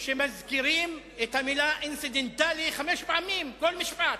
שמזכירים את המלה אינצידנטלי חמש פעמים בכל משפט,